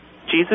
Jesus